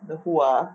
the who ah